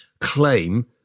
claim